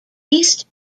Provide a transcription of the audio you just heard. east